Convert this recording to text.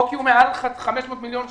או כי הוא מעל 500 מיליון שקלים.